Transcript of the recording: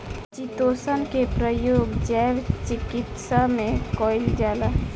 chitosan के प्रयोग जैव चिकित्सा में कईल जाला